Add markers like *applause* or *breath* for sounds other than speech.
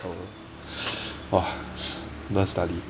*breath* !wah! don't want study